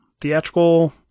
theatrical